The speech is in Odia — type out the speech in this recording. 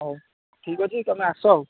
ହଉ ଠିକ୍ ଅଛି ତୁମେ ଆସ ଆଉ